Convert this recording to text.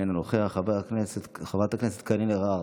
אינו נוכח, חברת הכנסת קארין אלהרר,